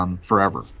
forever